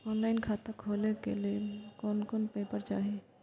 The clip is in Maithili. ऑनलाइन खाता खोले के लेल कोन कोन पेपर चाही?